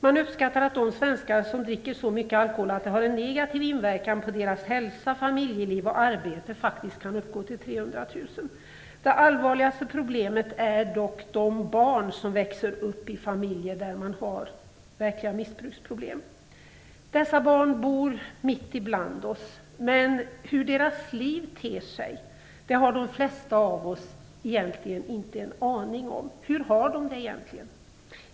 Man uppskattar att de svenskar som dricker så mycket alkohol att det har en negativ inverkan på deras hälsa, familjeliv och arbete kan uppgå till så många som 300 000 personer. Det allvarligaste problemet är dock de barn som växer upp i familjer med verkliga missbruksproblem. Dessa barn bor mitt ibland oss, men hur deras liv ter sig har de flesta av oss egentligen inte en aning om. Hur har de det egentligen?